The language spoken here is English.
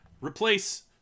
replace